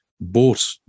bought